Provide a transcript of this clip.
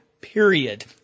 period